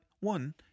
one